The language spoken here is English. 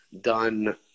done